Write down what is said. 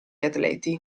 atleti